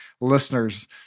listeners